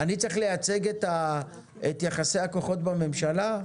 אני צריך לייצג את יחסי הכוחות בממשלה?